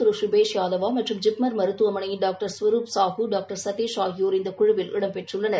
திரு சுபேத் யாதவா மற்றும் ஜிப்மன் மருத்துவமனையின் doctor Swaroop Sahu doctor Satish ஆகியோர் இந்தக் குழுவில் இடம்பெற்றுள்ளனர்